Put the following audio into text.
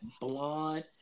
blonde